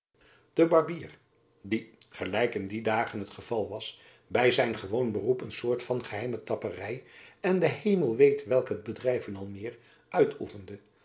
de barbier die gelijk in die dagen het geval was by zijn gewoon beroep een soort van geheime tappery en de hemel weet welke bedrijven al meer uitoefende